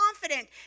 confident